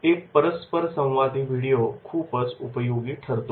एक परस्परसंवादी व्हिडिओ खूप उपयोगी ठरतो